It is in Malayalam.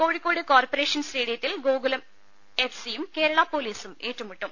കോഴിക്കോട് കോർപ്പറേഷൻ സ്റ്റേഡിയത്തിൽ ഗോകുലം എഫ് സിയും കേരള പോലീസും ഏറ്റുമുട്ടും